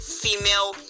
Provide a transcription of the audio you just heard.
female